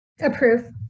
approve